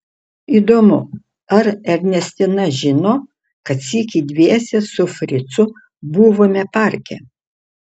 įdomu ar ernestina žino kad sykį dviese su fricu buvome parke